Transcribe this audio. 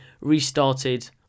restarted